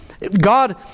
God